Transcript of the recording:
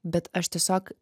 bet aš tiesiog